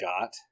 got